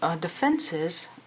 defenses